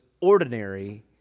ordinary